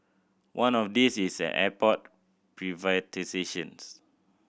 one of these is airport privatisations